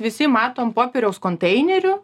visi matom popieriaus konteinerių